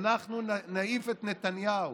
אנחנו נעיף את נתניהו.